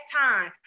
time